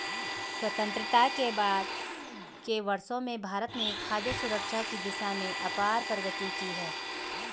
स्वतंत्रता के बाद के वर्षों में भारत ने खाद्य सुरक्षा की दिशा में अपार प्रगति की है